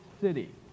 city